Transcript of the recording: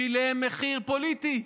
הוא שילם מחיר פוליטי.